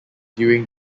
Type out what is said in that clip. during